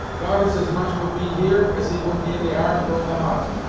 god is as much with me, here, as he would be in the ark or in the hut.